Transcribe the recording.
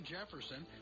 Jefferson